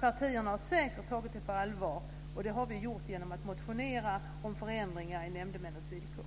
Partierna har säkert tagit det på allvar, och vi har gjort det genom att motionera om förändringar i nämndemännens villkor.